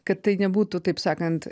kad tai nebūtų taip sakant